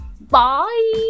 Bye